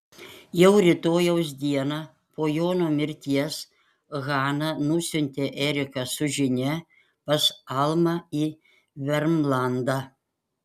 jau rytojaus dieną po jono mirties hana nusiuntė eriką su žinia pas almą į vermlandą